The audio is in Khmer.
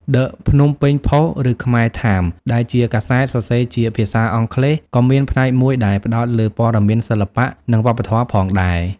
ដឹ ភ្នំពេញ ផុស ឬខ្មែរថាមស៍ ដែលជាកាសែតសរសេរជាភាសាអង់គ្លេស ក៏មានផ្នែកមួយដែលផ្តោតលើព័ត៌មានសិល្បៈ និងវប្បធម៌ផងដែរ។